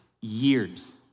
years